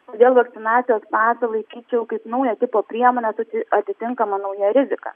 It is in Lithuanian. todėl vakcinacijos pasą laikyčiau kaip naujo tipo priemonę su atitinkama nauja rizika